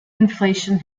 inflation